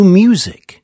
music